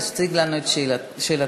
תציגי לנו את שאלתך.